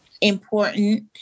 important